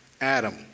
Adam